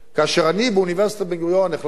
כאשר אני באוניברסיטת בן-גוריון החלטתי